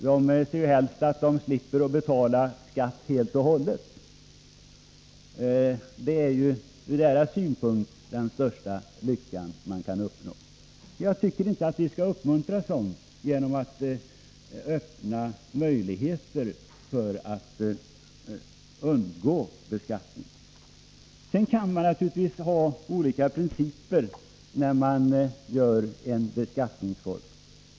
De ser helst att de slipper betala skatt helt och hållet — det är ju ur deras synpunkt den största lycka man kan uppnå. Jag tycker inte att vi skall uppmuntra sådant genom att öppna möjligheter att undgå beskattning. Man kan naturligtvis ha olika principer när man fastställer en beskattningsform.